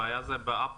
הבעיה היא ב-אפלוד.